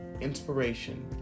inspiration